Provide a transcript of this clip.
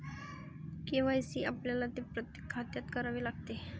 KYC आपल्याला ते प्रत्येक खात्यात करावे लागते